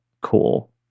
cool